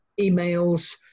emails